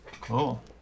Cool